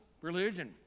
religion